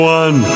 one